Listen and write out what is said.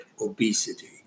obesity